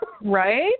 Right